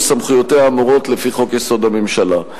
סמכויותיה האמורות לפי חוק-יסוד: הממשלה.